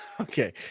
okay